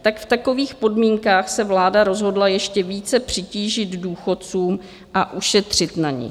V takových podmínkách se vláda rozhodla ještě více přitížit důchodcům a ušetřit na nich.